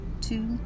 two